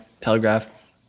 Telegraph